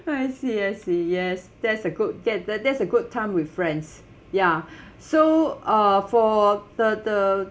I see I see yes that's a good that that that's a good time with friends ya so uh for the the